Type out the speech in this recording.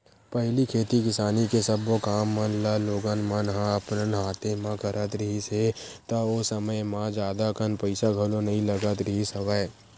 पहिली खेती किसानी के सब्बो काम मन लोगन मन ह अपन हाथे म करत रिहिस हे ता ओ समे म जादा कन पइसा घलो नइ लगत रिहिस हवय